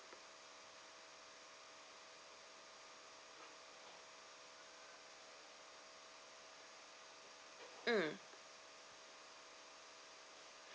mm